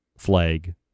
flag